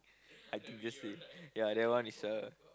I think just say ya that one is a